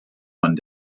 one